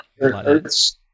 Earth